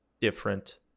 different –